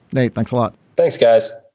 nate thanks a lot. thanks guys